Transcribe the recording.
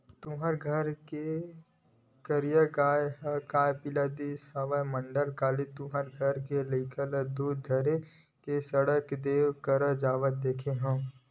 तुँहर घर के करिया गाँय काय पिला दिस हवय मंडल, काली तुँहर घर लइका ल दूद धर के सहाड़ा देव करा जावत देखे हँव?